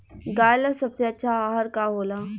गाय ला सबसे अच्छा आहार का होला?